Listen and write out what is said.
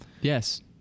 Yes